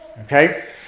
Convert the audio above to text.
Okay